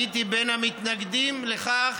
הייתי מהמתנגדים לכך,